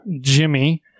Jimmy